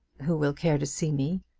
who will care to see me.